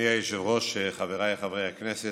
אדוני היושב-ראש, חבריי חבר הכנסת,